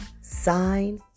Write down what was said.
sign